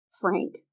Frank